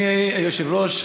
אדוני היושב-ראש,